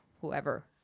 whoever